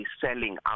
selling